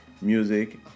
music